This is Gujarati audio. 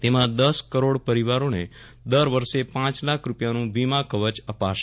તેમાં દસ કરોડ પરિવારોને દર વર્ષે પાંચ લાખ રૂપિયાનું વીમાકવચ અપાશે